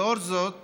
לאור זאת